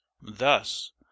thus